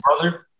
brother